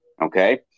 Okay